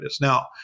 Now